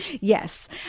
Yes